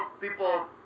people